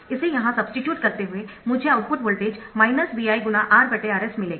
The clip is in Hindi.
इसे यहां सब्स्टिटूट करते हुए मुझे आउटपुट वोल्टेज Vi × RRs मिलेगा